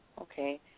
Okay